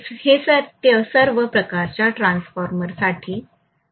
हे सत्य सर्व प्रकारच्या ट्रान्सफॉर्मर साठी आहे